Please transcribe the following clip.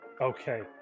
okay